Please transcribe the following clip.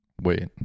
Wait